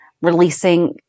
releasing